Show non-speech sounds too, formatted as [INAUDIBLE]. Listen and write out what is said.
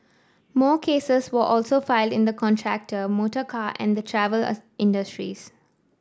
more cases were also filed in the contractor motorcar and the travel [HESITATION] industries